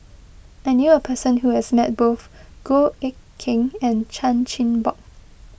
I knew a person who has met both Goh Eck Kheng and Chan Chin Bock